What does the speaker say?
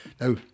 Now